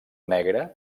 negre